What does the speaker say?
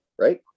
right